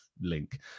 link